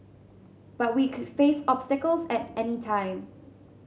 but we could face obstacles at any time